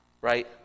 right